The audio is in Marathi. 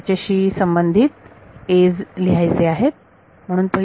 मला त्याच्याशी संबंधित a's लिहायचे आहेत